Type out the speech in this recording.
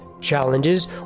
challenges